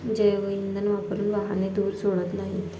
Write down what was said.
जैवइंधन वापरून वाहने धूर सोडत नाहीत